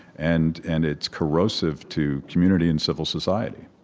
and and it's corrosive to community and civil society